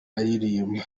aririmba